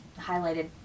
highlighted